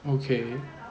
okay